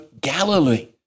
Galilee